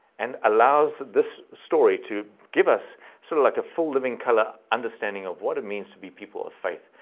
and allows this story to give us sort of like a full living colour understanding of what it means to be people of faith,